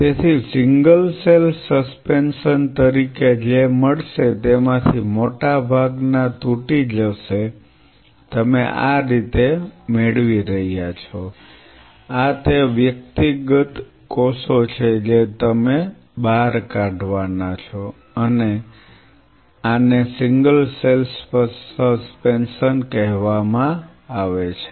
તેથી single cell suspension તરીકે જે મળશે તેમાંથી મોટા ભાગના તૂટી જશે તમે આ રીતે મેળવી રહ્યા છો આ તે વ્યક્તિગત કોષો છે જે તમે બહાર કાઢવાના છો અને આને સિંગલ સેલ સસ્પેન્શન કહેવામાં આવે છે